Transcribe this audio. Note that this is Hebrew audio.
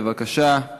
בבקשה.